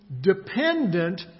dependent